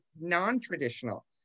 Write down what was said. non-traditional